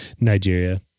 Nigeria